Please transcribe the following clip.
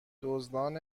دزدان